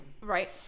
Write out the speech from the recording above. Right